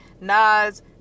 Nas